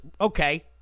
okay